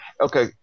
okay